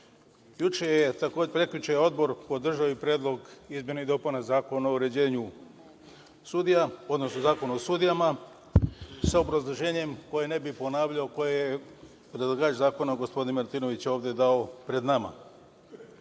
neki dan. Prekjuče je Odbor podržao i Predlog izmena i dopuna Zakona o uređenju sudija, odnosno Zakon o sudijama, sa obrazloženjem koje ne bih ponavljao, koje je predlagač zakona gospodin Martinović ovde dao pred